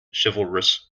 chivalrous